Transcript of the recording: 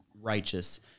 righteous